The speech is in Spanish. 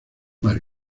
más